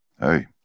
Hey